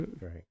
Right